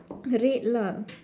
red lah